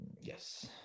yes